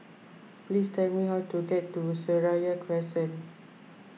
please tell me how to get to Seraya Crescent